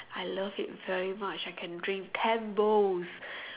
I love it very much I can drink ten bowls